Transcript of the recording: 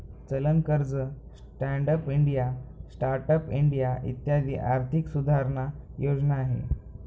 चलन कर्ज, stand up India, start up India इत्यादी आर्थिक सुधारणा योजना आहे